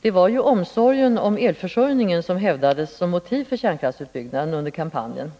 Det var ju omsorgen om elförsörjningen som hävdades som motiv för kärnkraftsutbyggnaden under kampanjen.